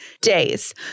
days